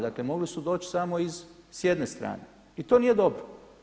Dakle, mogli su doći samo s jedne strane i to nije dobro.